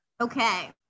Okay